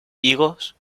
higos